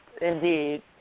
indeed